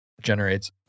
generates